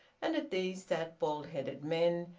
and at these sat bald-headed men,